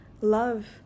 love